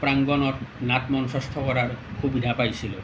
প্ৰাঙ্গণত নাট মঞ্চস্থ কৰাৰ সুবিধা পাইছিলোঁ